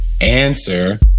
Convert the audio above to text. answer